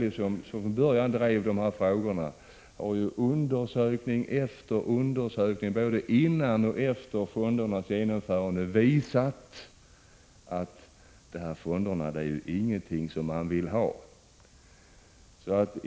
LO, som från början drev dessa frågor, har i undersökning efter undersökning, både före och efter fondernas genomförande, visat: Fonderna är ingenting som man vill ha.